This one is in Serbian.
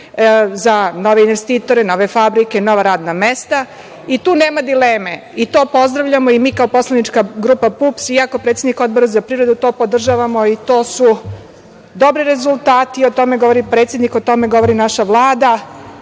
za nove investitore, za nove fabrike, nova radna mesta i tu nema dileme. To pozdravljamo i mi kao poslanička grupa PUPS i ja kao predsednik Odbora za privredu to podržavamo i to su dobri rezultati i o tome govori predsednik, o tome govori naša Vlada.